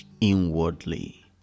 inwardly